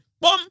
boom